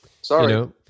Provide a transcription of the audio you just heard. Sorry